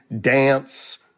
dance